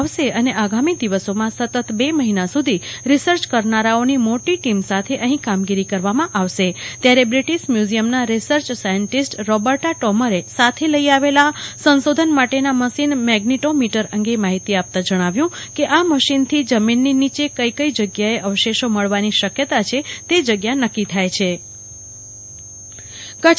આવશે અને આગામી દિવસોમાં સતત બે મહિના સુધી રિસર્ચ કરનારાઓની મોટી ટીમ સાથે અહીં કામ કરવામાં આવશે ત્યારે બ્રિટિશ મ્યુઝિયમના રિસર્ચ સાયન્ટીસ્ટ રોબર્ટા ટોમરે સાથે લઈ આવેલા સંશોધન માટેના મશીન મેઝ્નીટોમીટર અંગે માહિતી આપતાં જણાવ્યું કે આ મશીનથી જમીનની નીચે કઈ કઈ જગ્યાએ અવશેષો મળવાની શકથતા છે તે જગ્યા નક્કી થાય છ કલ્પના શાહ્ કચ્છ માર્ગ સલામતી સપ્તાહ્ ઉજવણી